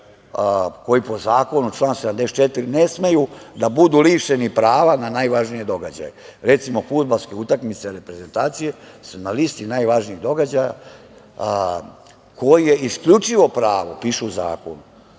koji po zakonu član 74. ne smeju da budu lišeni prava na najvažnije događaje? Recimo, fudbalske utakmice reprezentacije su na listi najvažnijih događaja, koje isključivo pravo, piše u zakonu,